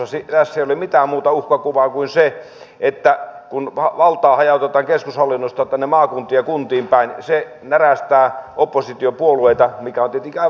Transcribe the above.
tässä ei ole mitään muuta uhkakuvaa kuin se että kun valtaa hajautetaan keskushallinnosta tänne maakuntiin ja kuntiin päin se närästää oppositiopuolueita mikä on tietenkin aivan ymmärrettävää